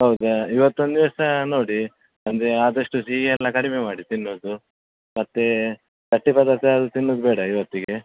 okay ಇವತ್ತು ಒಂದು ದಿವಸ ನೋಡಿ ಅಂದರೆ ಆದಷ್ಟು ಸಿಹಿ ಎಲ್ಲ ಕಡಿಮೆ ಮಾಡಿ ತಿನ್ನೋದು ಮತ್ತು ಗಟ್ಟಿ ಪದಾರ್ಥ ಯಾವುದೂ ತಿನ್ನೋದು ಬೇಡ ಇವತ್ತಿಗೆ